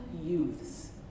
youths